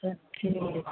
एक किलो उपारू